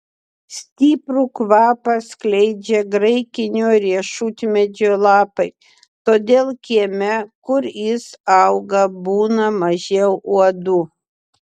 stiprų kvapą skleidžia graikinio riešutmedžio lapai todėl kieme kur jis auga būna mažiau uodų